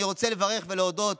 אני רוצה לברך, ולהודות